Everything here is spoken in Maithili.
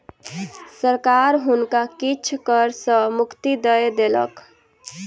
सरकार हुनका किछ कर सॅ मुक्ति दय देलक